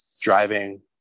driving